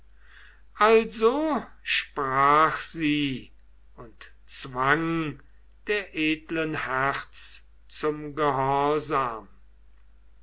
also sprach sie und zwang ihr edles herz zum gehorsam